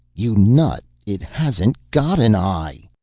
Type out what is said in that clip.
you nut, it hasn't got an eye.